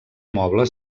mobles